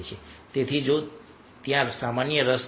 તેથી જો ત્યાં સામાન્ય રસ છે